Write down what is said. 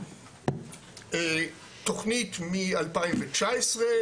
תוכנית מ-2019,